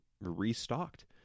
restocked